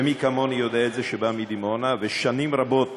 ומי כמוני, שבא מדימונה, יודע את זה, שנים רבות